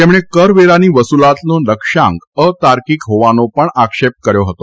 તેમણે કરવેરાની વસૂલાતનો લક્ષ્યાંક અતાર્કિક હોવાનો પણ આક્ષેપ કર્યો હતો